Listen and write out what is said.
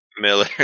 Miller